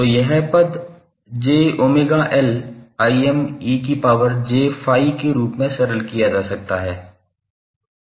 तो यह पद 𝑗𝜔𝐿 के रूप में सरल किया जा सकता है